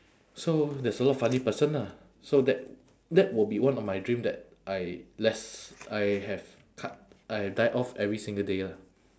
so there's a lot funny person ah so that that would be one of my dream that I less I have cut I have die off every single day lah